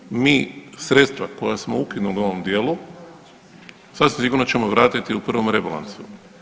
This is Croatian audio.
Dakle, mi sredstva koja smo ukinuli u ovom dijelu sasvim sigurno ćemo vratiti u prvom rebalansu.